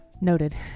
Noted